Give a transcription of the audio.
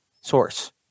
source